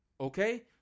Okay